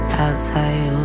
outside